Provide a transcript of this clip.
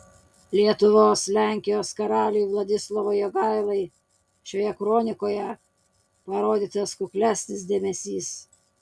lietuvos lenkijos karaliui vladislovui jogailai šioje kronikoje parodytas kuklesnis dėmesys